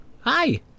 Hi